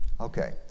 Okay